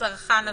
צרכן הזנות.